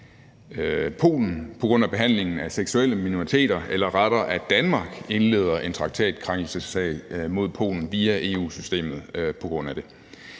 Polen på grund af behandlingen af seksuelle minoriteter, eller rettere at Danmark indleder en traktatkrænkelsessag mod Polen via EU-systemet på grund af det.